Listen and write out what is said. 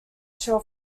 shell